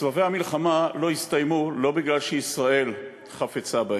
סבבי המלחמה לא הסתיימו לא מפני שישראל חפצה בהם,